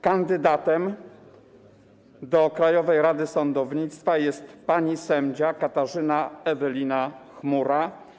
Kandydatem do Krajowej Rady Sądownictwa jest pani sędzia Katarzyna Ewelina Chmura.